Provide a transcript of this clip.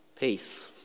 Peace